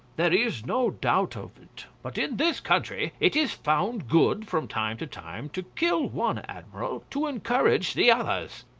there is no doubt of it but in this country it is found good, from time to time, to kill one admiral to encourage the others.